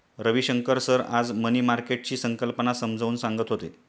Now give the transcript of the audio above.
Ravishankar sir आज money मार्केटची संकल्पना समजावून सांगत होते